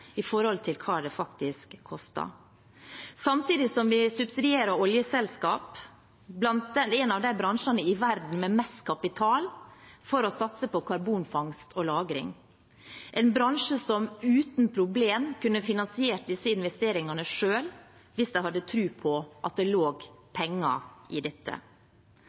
i forhold til hva det faktisk koster. Det pågår samtidig som vi subsidierer oljeselskap, en av de bransjene i verden med mest kapital, for å satse på karbonfangst og -lagring – en bransje som uten problemer kunne finansiert disse investeringene selv, hvis de hadde tro på at det lå penger i dette.